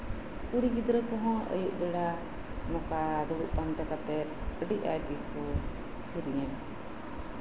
ᱠᱩᱲᱤ ᱜᱤᱫᱽᱨᱟᱹ ᱠᱚᱦᱚᱸ ᱟᱹᱭᱩᱵ ᱵᱮᱲᱟ ᱱᱚᱝᱠᱟ ᱫᱩᱲᱩᱵᱽ ᱯᱟᱱᱛᱮ ᱠᱟᱛᱮᱫ ᱟᱹᱰᱤᱜᱟᱡ ᱜᱮᱠᱚ ᱥᱮᱨᱮᱧᱟ